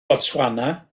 botswana